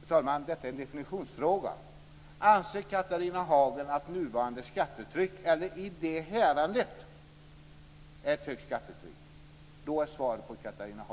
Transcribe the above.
Fru talman! Detta är en definitionsfråga. Anser Catharina Hagen att nuvarande skattetryck i det hänseendet är ett högt skattetryck är svaret på Catharina